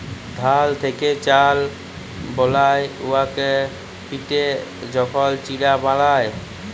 ধাল থ্যাকে চাল বালায় উয়াকে পিটে যখল চিড়া বালায়